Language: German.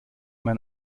man